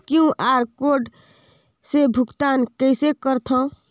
QR code से भुगतान कइसे करथव?